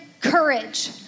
courage